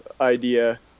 idea